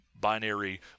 binary